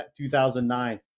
2009